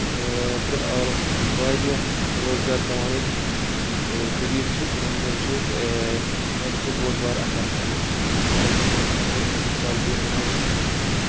اۭں واریاہ روزگار کَماونٕکۍ یِم طٔریٖقہٕ چھِ تِمَن چھِ ساروی کھۄتہٕ بوٚڑ بار اَتھٕ آسَن اؠلؠکٹرسٹی ہُنٛد فار ایٚگزامپٕل أسۍ وَنو مِثال طور وَنو أسۍ یِتھ پٲٹھۍ کہِ